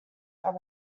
are